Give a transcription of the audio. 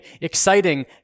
exciting